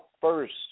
first